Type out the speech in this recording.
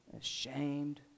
Ashamed